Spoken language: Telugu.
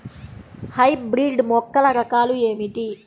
హైబ్రిడ్ మొక్కల రకాలు ఏమిటి?